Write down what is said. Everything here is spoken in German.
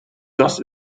das